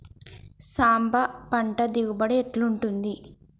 సాంబ పంట దిగుబడి ఎట్లుంటది?